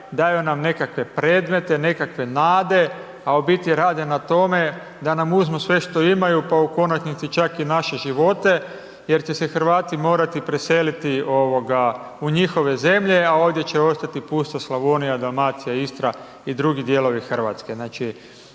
daju nam nekakve predmete, nekakve nade, a u biti rade na tome da nam uzmu sve što imaju, pa u konačnici čak i naše živote jer će se Hrvati morati preseliti u njihove zemlje, a ovdje će ostati pusta Slavonija, Dalmacija, Istra i drugi dijelovi Hrvatske.